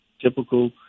typical